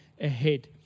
ahead